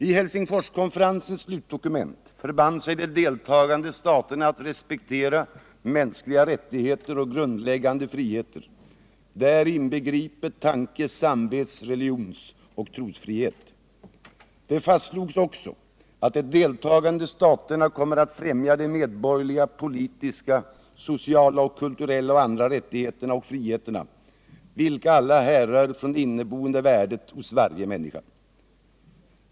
I Helsingforskonferensens slutdokument förband sig de deltagande staterna att respektera mänskliga rättigheter och grundläggande friheter, däri inbegripet tanke-, samvets-, religionsoch trosfrihet. Det fastslogs också att de deltagande staterna kommer att främja de medborgerliga, politiska, sociala, kulturella och andra rättigheterna och friheterna, vilka alla härrör från det inneboende värdet hos varje människa.